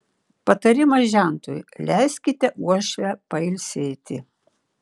patarimas žentui leiskite uošvę pailsėti